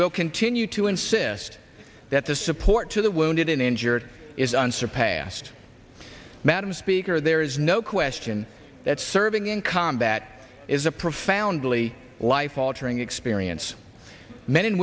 will continue to insist that the support to the wounded and injured is unsurpassed madam speaker there is no question that serving in combat is a profoundly life altering experience men and